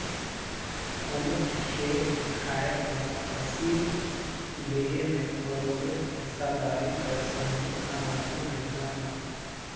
कोनोच खेत खाएर में फसिल लेहे में बरोबेर हिस्सादारी कर संघे कमाथें महिला मन